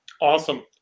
Awesome